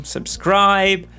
Subscribe